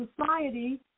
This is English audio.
society